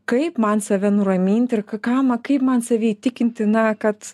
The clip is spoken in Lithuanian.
kaip man save nuraminti ir ką ma kaip man save įtikinti na kad